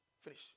Finish